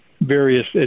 various